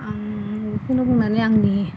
आं बेखौनो बुंनानै आंनि